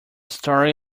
story